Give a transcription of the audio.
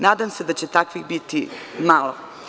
Nadam se da će takvih biti malo.